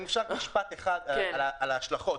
אם אפשר משפט אחד על ההשלכות.